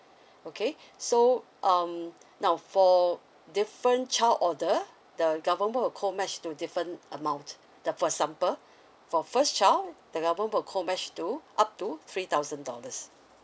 okay so um now for different child order the government will co match to different amount the for example for first child the government will co match to up to three thousand dollars